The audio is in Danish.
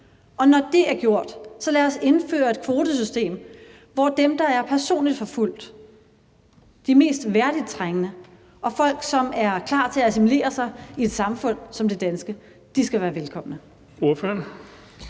og når det er gjort, så lad os indføre et kvotesystem, hvor dem, der er personligt forfulgt, de mest værdigt trængende og folk, som er klar til at assimilere sig i et samfund som det danske, skal være velkomne.